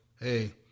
Hey